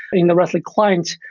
in the rest li client.